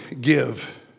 give